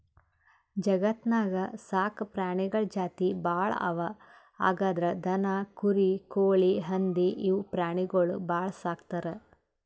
ಜಗತ್ತ್ನಾಗ್ ಸಾಕ್ ಪ್ರಾಣಿಗಳ್ ಜಾತಿ ಭಾಳ್ ಅವಾ ಅದ್ರಾಗ್ ದನ, ಕುರಿ, ಕೋಳಿ, ಹಂದಿ ಇವ್ ಪ್ರಾಣಿಗೊಳ್ ಭಾಳ್ ಸಾಕ್ತರ್